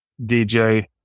DJ